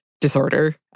disorder